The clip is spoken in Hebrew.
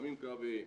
לוחמים קרביים,